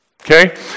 Okay